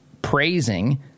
praising